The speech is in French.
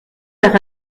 vers